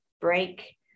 break